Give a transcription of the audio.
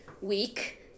week